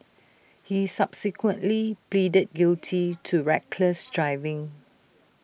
he subsequently pleaded guilty to reckless driving